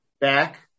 back